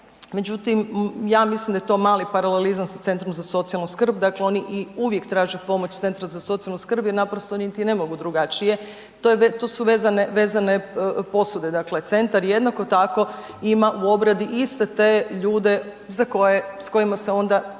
međutim ja mislim da je to mali paralelizam sa Centrom za socijalnu skrb, dakle oni uvijek traže pomoć Centra za socijalnu skrb jer naprosto niti ne mogu drugačije, to su vezane, vezane posude, dakle centar jednako tako ima u obradi iste te ljude za koje, s kojima se onda